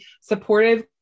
supportive